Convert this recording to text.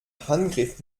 handgriff